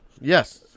yes